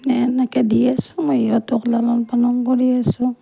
এনেকৈ দি আছোঁ মই সিহঁতক লালন পালন কৰি আছোঁ